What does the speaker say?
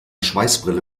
schweißbrille